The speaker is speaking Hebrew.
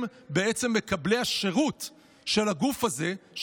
הם מקבלי השירות של הגוף הזה,